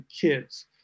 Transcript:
kids